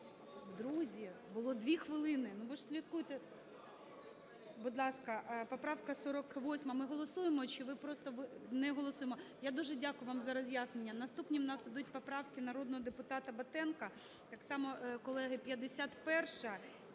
Друзі, було 2 хвилини, ви ж слідкуйте. Будь ласка, поправка 48 ми голосуємо, чи ви просто… Не голосуємо. Я дуже дякую вам за роз'яснення. Наступні у нас йдуть поправки народного депутата Батенка. Так само, колеги, 51-а